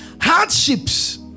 hardships